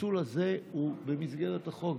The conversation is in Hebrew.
הפיצול הזה הוא במסגרת החוק.